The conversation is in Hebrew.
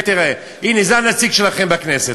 תסתכל, תראה, הנה, זה הנציג שלכם בכנסת.